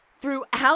throughout